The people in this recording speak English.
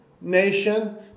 Nation